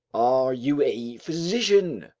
are you a physician?